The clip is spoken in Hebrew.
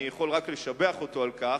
ואני יכול רק לשבח אותו על כך.